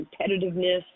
competitiveness